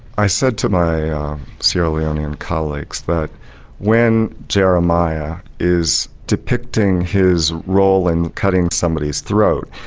i said to my sierra leonean colleagues that when jeremiah is depicting his role in cutting somebody's throat,